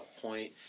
point